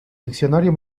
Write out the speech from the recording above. diccionario